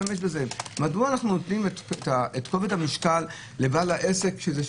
מדוע אנחנו מטילים את כובד המשקל על בעל העסק?